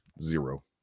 zero